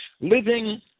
Living